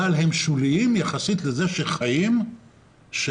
אבל הם שוליים יחסית לזה שחיים של